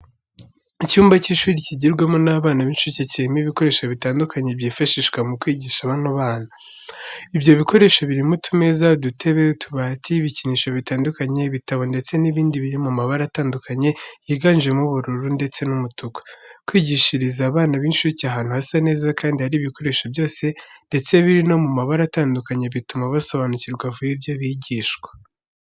Icyumba cy'ishuri kigirwamo n'abana b'incuke, kirimo ibikoresho bitandukanye byifashishwa mu kwigisha bano bana. Ibyo bikoresho birimo utumeza, udutebe, utubati ibikinisho bitandukanye, ibitabo ndetse n'ibindi biri mu mabara atandukanye yiganjemo ubururu ndetse n'umutuku. Kwigishiriza bana b'incuke ahantu hasa neza kandi hari ibikoresho byose ndetse biri no mu mabara atandukanye, bituma basobanukirwa vuba ibyo bigishwa.